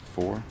Four